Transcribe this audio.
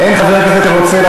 אני לא מוותר.